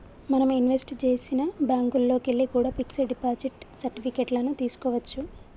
మనం ఇన్వెస్ట్ చేసిన బ్యేంకుల్లోకెల్లి కూడా పిక్స్ డిపాజిట్ సర్టిఫికెట్ లను తీస్కోవచ్చు